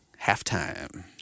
halftime